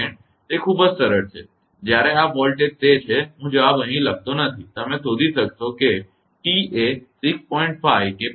તે ખૂબ જ સરળ છે જ્યારે આ વોલ્ટેજ તે છે હું જવાબ અહીં લખતો નથી તમે શોધી શકશો કે t એ 6